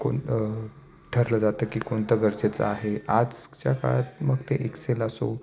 कोणतं ठरलं जातं की कोणतं गरजेचं आहे आजच्या काळात मग ते एकक्सेल असो